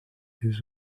his